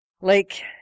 lake